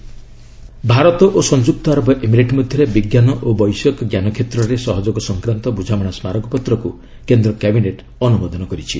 Indo UAE MOU Bharat ଓ ସଂଯୁକ୍ତ ଆରବ ଏମିରେଟ୍ ମଧ୍ୟରେ ବିଜ୍ଞାନ ଓ ବୈଷୟିକଜ୍ଞାନ କ୍ଷେତ୍ରରେ ସହଯୋଗ ସଂକ୍ରାନ୍ତ ବୁଝାମଣା ସ୍ମାରକପତ୍ରକୁ କେନ୍ଦ୍ର କ୍ୟାବିନେଟ୍ ଅନୁମୋଦନ କରିଛି